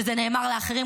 כשזה נאמר לאחרים,